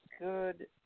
good